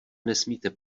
nesmíte